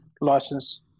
license